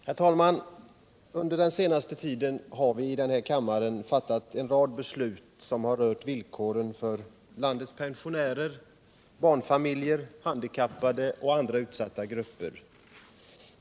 Herr talman! Under den senaste tiden har vi här i kammaren fattat en rad beslut som rört villkoren för landets pensionärer, barnfamiljer, handikappade och andra utsatta grupper.